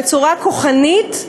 בצורה כוחנית,